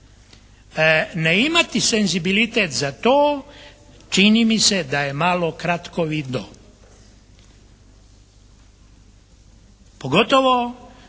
Ne imati senzibilitet za to čini mi se da je malo kratkovidno. Pogotovo